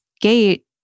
gate